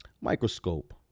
microscope